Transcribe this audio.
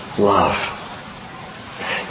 Love